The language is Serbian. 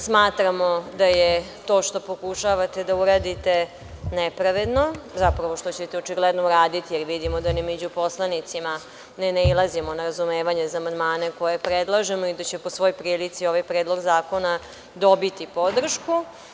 Smatramo da je to što pokušavate da uradite nepravedno, zapravo, što ćete očigledno uraditi, jer vidimo da ni među poslanicima ne nailazimo na razumevanje za amandmane koje predlažemo i da će po svoj prilici ovaj Predlog zakona dobiti podršku.